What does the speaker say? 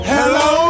Hello